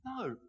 No